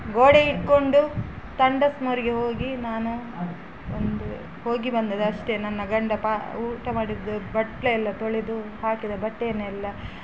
ಗೋಡೆ ಹಿಡ್ಕೊಂಡು ತಂಡಸ್ ಮೋರಿಗೆ ಹೋಗಿ ನಾನು ಒಂದು ಹೋಗಿ ಬಂದದ್ದು ಅಷ್ಟೆ ನನ್ನ ಗಂಡ ಪಾ ಊಟ ಮಾಡಿದ್ದ ಬಟ್ಟಲೆಲ್ಲ ತೊಳೆದು ಹಾಕಿದ ಬಟ್ಟೆಯನ್ನೆಲ್ಲ